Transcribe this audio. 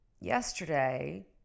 yesterday